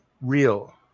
real